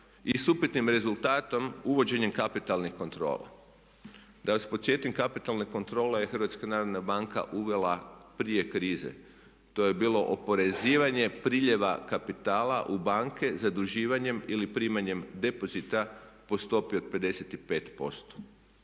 i s upitnim rezultatom uvođenjem kapitalnih kontrola. Da vas podsjetim kapitalne kontrole je HNB uvela prije krize, to je bilo oporezivanje priljeva kapitala u banke zaduživanjem ili primanjem depozita po stopi od 55%.